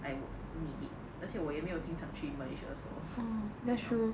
I would need it 而且我也没有经常去 malaysia so you know